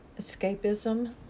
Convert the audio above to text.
escapism